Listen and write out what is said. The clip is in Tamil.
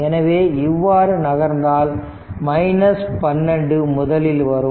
எனவே இவ்வாறு நகர்ந்தால் 12 முதலில் வரும்